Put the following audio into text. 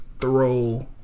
Throw